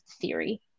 theory